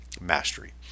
Mastery